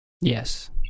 Yes